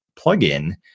plug-in